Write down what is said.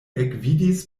ekvidis